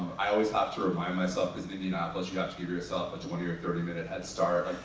i always have to remind myself, cause in indianapolis you have to give yourself a twenty or thirty minute head start.